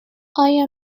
آیا